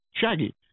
Shaggy